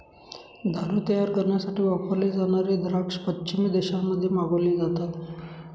दारू तयार करण्यासाठी वापरले जाणारे द्राक्ष पश्चिमी देशांमध्ये मागवले जातात